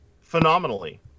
phenomenally